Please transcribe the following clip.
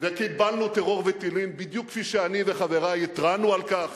וקיבלנו טרור וטילים בדיוק כפי שאני וחברי התרענו על כך.